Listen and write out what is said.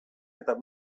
eta